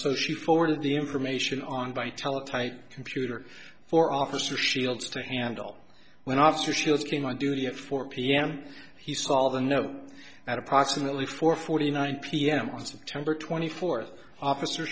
so she forwarded the information on by teletype computer for officer shields to handle when officer shields came on duty at four pm he saw the no at approximately four forty nine pm on september twenty fourth officer